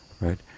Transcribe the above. right